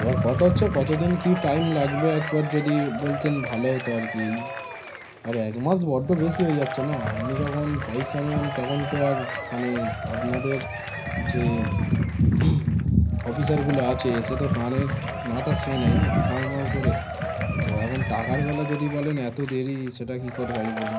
এবার কথা হচ্ছে কত দিন কী টাইম লাগবে একবার যদি বলতেন ভালো হতো আর কি এই আর এক মাস বড্ড বেশি হয়ে যাচ্ছে না আপনি যখন পয়সা নেন তখন তো আর মানে আপনাদের যে অফিসারগুলো আছে সে তো কানের মাথা খেয়ে নেয় না খাউমউ করে তো এখন টাকার বেলা যদি বলেন এত দেরি সেটা কী করে হয় বলুন